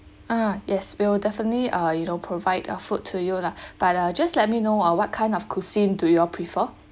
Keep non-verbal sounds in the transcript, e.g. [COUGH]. ah yes we will definitely uh you know provide uh food to you lah [BREATH] but uh just let me know uh what kind of cuisine do you all prefer